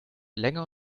länger